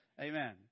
Amen